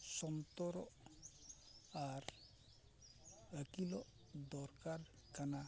ᱥᱚᱱᱛᱚᱨᱚᱜ ᱟᱨ ᱟᱹᱠᱤᱞᱚᱜ ᱫᱚᱨᱠᱟᱨ ᱠᱟᱱᱟ